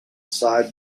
side